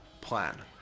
Plan